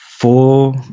four